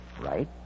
Right